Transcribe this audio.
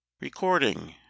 Recording